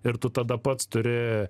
ir tada pats turi